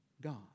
God